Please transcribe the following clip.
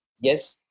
Yes